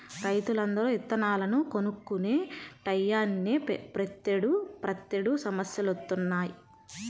రైతులందరూ ఇత్తనాలను కొనుక్కునే టైయ్యానినే ప్రతేడు సమస్యలొత్తన్నయ్